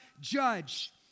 judge